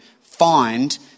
find